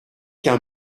qu’un